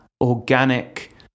organic